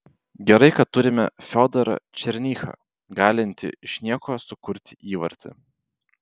gerai kad turime fiodorą černychą galintį iš nieko sukurti įvartį